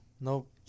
Nope